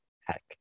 heck